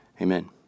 amen